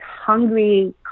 hungry